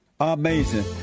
Amazing